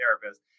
therapist